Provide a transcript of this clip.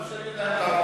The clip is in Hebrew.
לא מאפשרים להם,